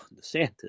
DeSantis